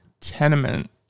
tenement